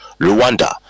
Rwanda